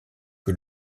que